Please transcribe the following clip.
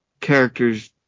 characters